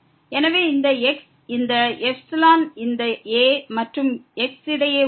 எனவே இந்த x இந்த ξ இந்த a மற்றும் xக்கு இடையே உள்ளது